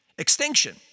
Extinction